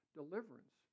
deliverance